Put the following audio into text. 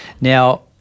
Now